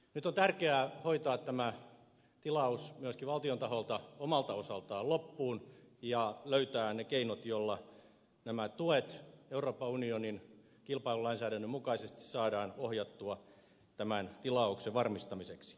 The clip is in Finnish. nyt on tärkeää hoitaa tämä tilaus myöskin valtion taholta omalta osaltaan loppuun ja löytää ne keinot joilla nämä tuet euroopan unionin kilpailulainsäädännön mukaisesti saadaan ohjattua tämän tilauksen varmistamiseksi